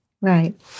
Right